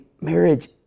marriage